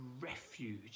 refuge